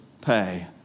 pay